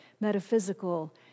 metaphysical